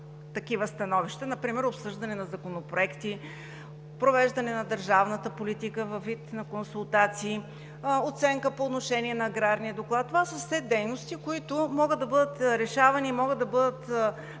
такива становища. Например обсъждане на законопроекти, провеждане на държавната политика във вид на консултации, оценка по отношение на аграрния доклад. Това са все дейности, които могат да бъдат във всяко направление